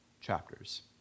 chapters